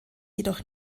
jedoch